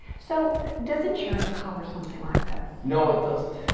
so does insurance cover something like that? no it doesn't,